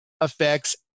affects